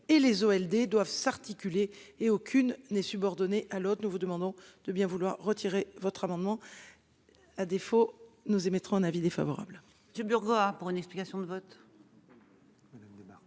Elder doivent s'articuler et aucune. N'est subordonnée à l'autre. Nous vous demandons de bien vouloir retirer votre amendement. À défaut, nous émettrons un avis défavorable